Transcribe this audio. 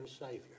Savior